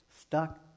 stuck